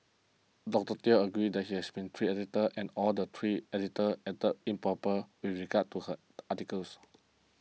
Doctor Teo agreed that he has been three editors and all the three editors acted improper with regard to her articles